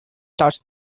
touched